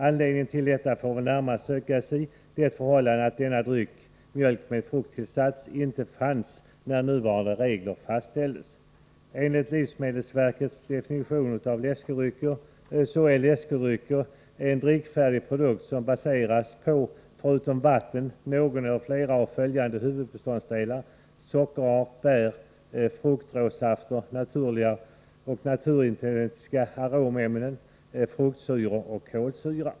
Anledningen till detta får väl närmast sökas i det förhållandet att denna dryck, mjölk med frukttillsats, inte fanns när nuvarande regler fastställdes. Enligt livsmedelsverkets definition av läskedryck är denna ”en drickfärdig produkt som baseras på, förutom vatten, någon eller flera av följande huvudbeståndsdelar: sockerart, bäreller fruktråsafter, naturliga eller naturidentiska aromämnen, fruktsyror och kolsyra”.